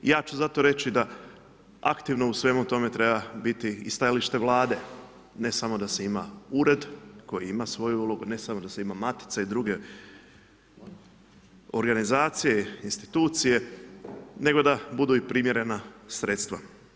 Ja ću zato reći da aktivno u svemu tome treba biti i stajalište Vlade, ne samo da se ima ured koji ima svoju ulogu, ne samo da se ima Matica i druge organizacije, institucije, nego da budu i primjerena sredstva.